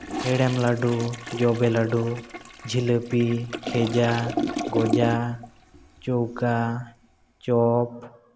ᱦᱮᱲᱮᱢ ᱞᱟᱹᱰᱩ ᱡᱚᱵᱮ ᱞᱟᱹᱰᱩ ᱡᱷᱤᱞᱟᱹᱯᱤ ᱠᱷᱮᱡᱟ ᱜᱚᱡᱟ ᱪᱳᱣᱠᱟ ᱪᱚᱯ